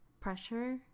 pressure